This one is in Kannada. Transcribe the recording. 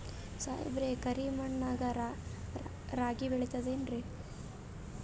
ಸಾಹೇಬ್ರ, ಕರಿ ಮಣ್ ನಾಗ ರಾಗಿ ಬೆಳಿತದೇನ್ರಿ?